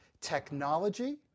technology